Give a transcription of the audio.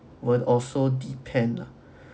would also depend lah